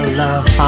love